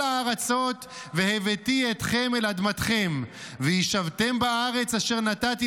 הארצות והבאתי אתכם אל אדמתכם"; "וישבתם בארץ אשר נתתי